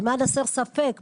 למען הסר ספק,